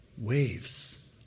waves